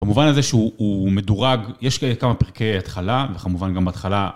במובן הזה שהוא מדורג, יש כמה פרקי התחלה וכמובן גם בהתחלה